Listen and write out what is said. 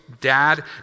dad